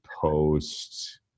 post